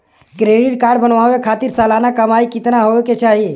Credit card बनवावे खातिर सालाना कमाई कितना होए के चाही?